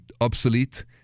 obsolete